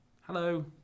hello